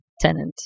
tenant